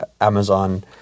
Amazon